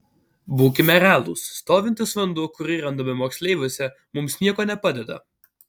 būkime realūs stovintis vanduo kurį randame moksleiviuose mums nieko nepadeda